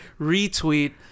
retweet